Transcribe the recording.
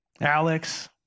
Alex